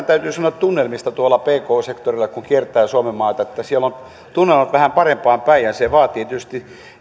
täytyy sanoa tunnelmista tuolla pk sektorilla kun kiertää suomenmaata että siellä on tunnelmat vähän parempaan päin ja se vaatii tietysti